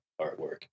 artwork